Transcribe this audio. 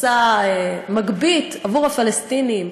עושה מגבית עבור הפלסטינים,